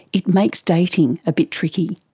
it makes dating a bit tricky.